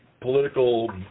political